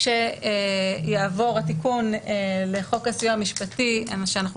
וכשיעבור התיקון לחוק הסיוע המשפטי מה שאנחנו